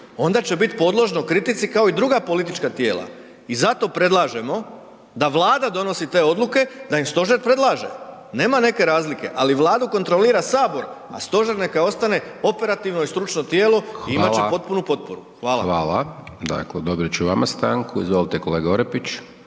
onda će biti podložno kritici kao i druga politička tijela. I zato predlažemo da Vlada donosi te odluke da im stožer predlaže. Nema neke razlike, ali Vladu kontrolira Sabor, a stožer neka ostane operativno i stručno tijelo i imat će potpunu potporu. Hvala. **Hajdaš Dončić, Siniša (SDP)** Hvala. Dakle odobrit ću i vama stanku. Izvolite kolega Orepić.